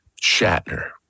Shatner